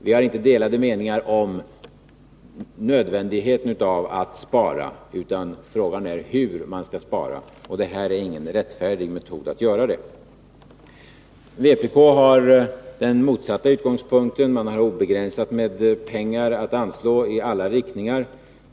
Vi har inte delade meningar om nödvändigheten av att spara, utan frågan är hur man skall spara, och det här är ingen rättfärdig metod att göra det. Vpk har den motsatta utgångspunkten. Man anser sig ha obegränsat med pengar att anslå i alla riktningar.